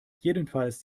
jedenfalls